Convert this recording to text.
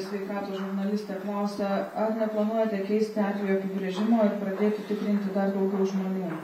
sveikatos žurnalistė klausia ar neplanuojate keisti atvejo apibrėžimo ir pradėti tikrinti dar daugiau žmonių